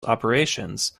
operations